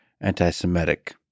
anti-Semitic